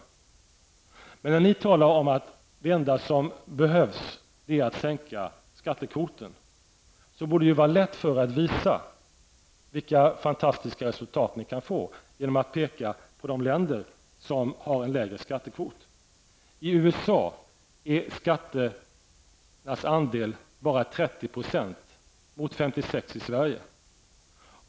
När ni talar om att det enda som behövs är att sänka skattekvoten, borde det vara lätt för er att visa vilka fantastiska resultat ni kan få genom att peka på de länder som har en lägre skattekvot. I USA är skatternas andel bara 30 %, mot 56 i Sverige.